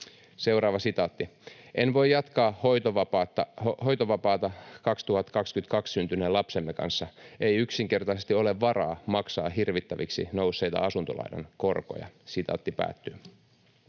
ensi vuonna.” ”En voi jatkaa hoitovapaata 2022 syntyneen lapsemme kanssa, ei yksinkertaisesti ole varaa maksaa hirvittäviksi nousseita asuntolainan korkoja.” ”Asumistukeni